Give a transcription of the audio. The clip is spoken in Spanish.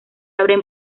abre